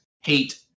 hate